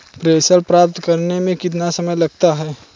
प्रेषण प्राप्त करने में कितना समय लगता है?